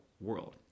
world